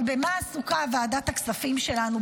אבל במה עסוקה ועדת הכספים שלנו,